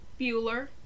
Bueller